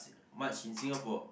much in Singapore